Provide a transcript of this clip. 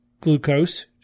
glucose